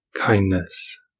kindness